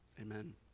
amen